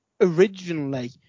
originally